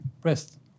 pressed